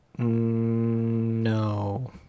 no